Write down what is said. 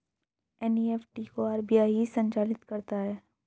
NEFT को RBI ही संचालित करता है